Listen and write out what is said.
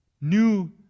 new